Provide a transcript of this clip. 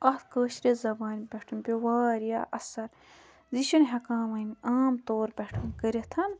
اَتھ کٲشرِ زَبانہِ پٮ۪ٹھ پیٛو واریاہ اَثر یہِ چھِنہٕ ہیٚکان وۄنۍ عام طور پٮ۪ٹھ کٔرِتھ